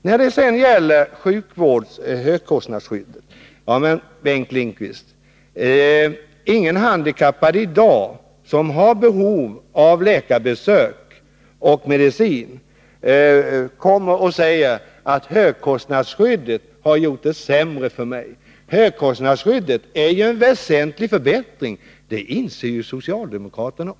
När det sedan gäller högkostnadsskyddet inom sjukvården vill jag säga till Bengt Lindqvist att det inte finns någon handikappad med behov av läkarbesök och medicin som kan säga att högkostnadsskyddet har försämrat hans förhållanden. Högkostnadsskyddet är en väsentlig förbättring, och det inser nu också socialdemokraterna.